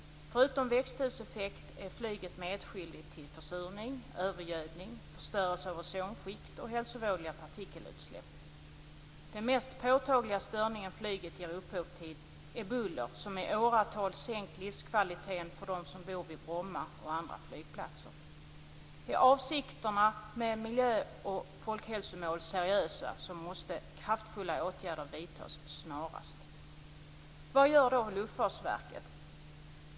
Förutom växthuseffekt är flyget medskyldigt till försurning, övergödning, förstörelse av ozonskikt och hälsovådliga partikelutsläpp. Den mest påtagliga störning som flyget ger upphov till är buller, som i åratal sänkt livskvaliteten för dem som bor vid Bromma och andra flygplatser. Är avsikterna med miljö och folkhälsomål seriösa, måste kraftfulla åtgärder vidtas snarast. Vad gör då Luftfartsverket?